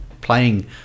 playing